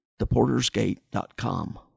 theportersgate.com